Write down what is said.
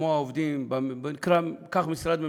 קח משרד ממשלתי,